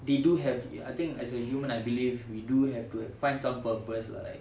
they do have I think as a human I believe we do have to have find some purpose lah like